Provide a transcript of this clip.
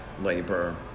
labor